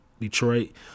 Detroit